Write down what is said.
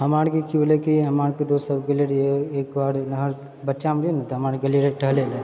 हमार आरके कि भेलै कि हमार आरके दोस्त सभ गेले रहियै एक बारी नहर बच्चामे रहियै ने तऽ गेले रहियै टहलै लऽ